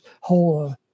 whole